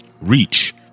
REACH